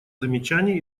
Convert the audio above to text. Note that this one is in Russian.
замечания